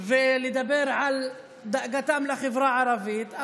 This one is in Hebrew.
ולדבר על דאגתם לחברה הערבית,